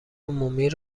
عمومی